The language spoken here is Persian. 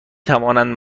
توانند